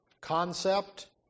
concept